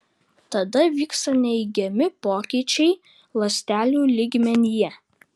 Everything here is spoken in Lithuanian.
tada vyksta neigiami pokyčiai ląstelių lygmenyje